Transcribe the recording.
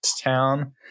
town